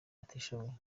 batishoboye